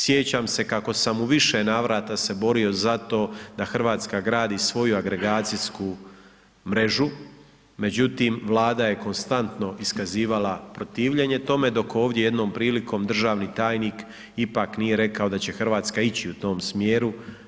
Sjećam se kako sam se više navrata se borio za to, da Hrvatska gradi svoju agregacijsku mrežu, međutim, vlada je konstanto iskazivala protivljenje tome, dok, ovdje jednom prilikom, državni tajnik, ipak nije rekao, da će Hrvatska ići u tom smjeru.